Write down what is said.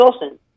Wilson